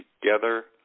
together